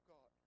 God